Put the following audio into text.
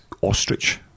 ostrich